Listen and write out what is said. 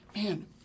man